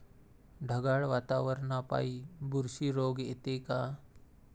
ढगाळ वातावरनापाई बुरशी रोग येते का?